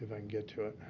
and get to it.